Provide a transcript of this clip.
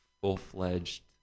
full-fledged